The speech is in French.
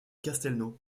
castelnau